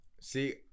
See